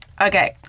Okay